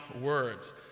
words